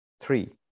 Three